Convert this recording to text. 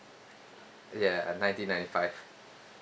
ya nineteen ninety five